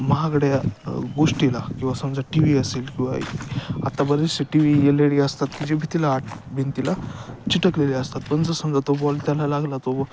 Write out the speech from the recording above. महागड्या गोष्टीला किंवा समजा टी व्ही असेल किंवा आत्ता बरेचसे T V L E D असतात की जे भिंतीला आट भिंतीला चिकटलेले असतात पण जर समजा तो बॉल त्याला लागला तो ब